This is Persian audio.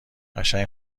قشنگ